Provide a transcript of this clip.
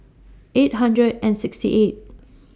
eight hundred and sixty eighth